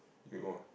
you won't